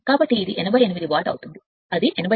కాబట్టి ఇది 88 వాట్ల అవుతుంది అది iS0